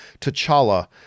T'Challa